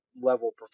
level